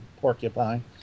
porcupine